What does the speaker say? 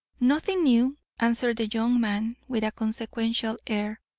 nothing new, answered the young man, with a consequential air.